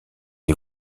les